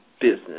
business